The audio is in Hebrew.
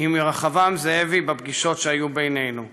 עם רחבעם זאבי בפגישות שהיו בינינו.